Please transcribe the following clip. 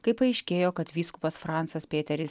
kai paaiškėjo kad vyskupas francas pėteris